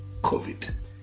COVID